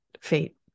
fate